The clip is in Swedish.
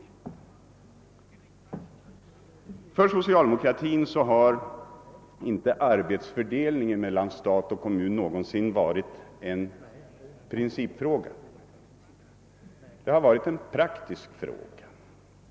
För socialdemokratin har inte arbetsfördelningen mellan stat och kommun någonsin varit en principfråga utan en praktisk fråga.